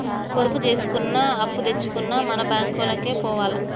పొదుపు జేసుకున్నా, అప్పుదెచ్చుకున్నా మన బాంకులకే పోవాల